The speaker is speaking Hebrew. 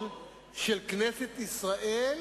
חבר הכנסת טיבי,